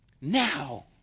Now